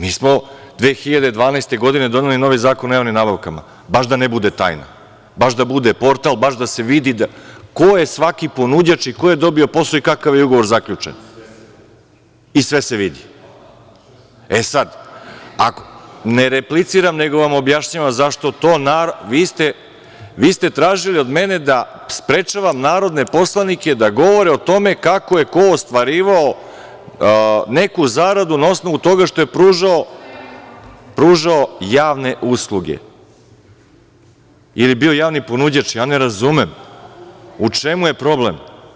Mi smo 2012. godine doneli novi Zakon o javnim nabavkama, baš da ne bude tajna, baš da bude portal, baš da se vidi ko je svaki ponuđač i ko je dobio posao i kakav je ugovor zaključen … (Marko Đurišić: I sve se vidi.) I sve se vidi. (Maja Videnović: Replicirate mi.) E sada, ne repliciram nego vam objašnjavam zašto to, vi ste tražili od mene da sprečavam narodne poslanike da govore o tome kako je ko ostvarivao neku zaradu na osnovu toga što je pružao javne usluge ili je bio javni ponuđač, ja ne razumem u čemu je problem?